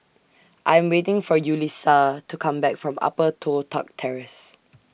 I'm waiting For Yulissa to Come Back from Upper Toh Tuck Terrace